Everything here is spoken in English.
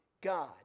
God